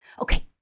Okay